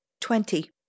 twenty